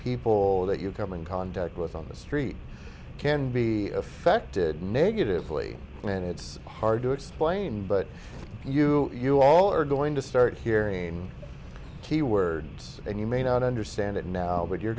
people that you come in contact with on the street can be affected negatively and it's hard to explain but you you all are going to start hearing keywords and you may not understand it now but you're